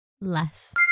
Less